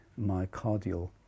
myocardial